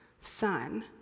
son